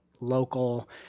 local